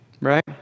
right